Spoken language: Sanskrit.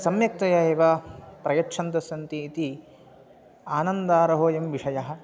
सम्यक्तया एव प्रयच्छन्तः सन्ति इति आनन्दार्होऽयं विषयः